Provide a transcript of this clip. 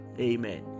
Amen